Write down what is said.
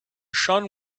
sun